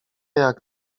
jak